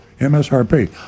MSRP